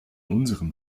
unserem